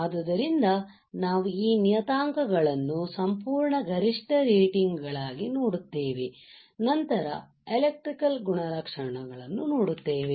ಆದ್ದರಿಂದ ನಾವು ಈ ನಿಯತಾಂಕಗಳನ್ನು ಸಂಪೂರ್ಣ ಗರಿಷ್ಠ ರೇಟಿಂಗ್ ಗಳಾಗಿ ನೋಡುತ್ತೇವೆ ನಂತರ ಎಲೆಕ್ಟ್ರಿಕಲ್ ಗುಣಲಕ್ಷಣಗಳನ್ನು ನೋಡುತ್ತೇವೆ